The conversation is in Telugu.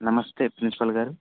నమస్తే ప్రిన్సిపల్ గారు